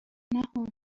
نهها